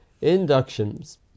Inductions